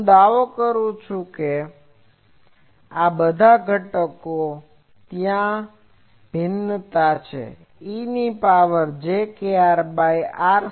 હું દાવો કરું છું કે આ બધા ઘટકો ત્યાં ભિન્નતા છે e ની power j kr by r